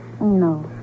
No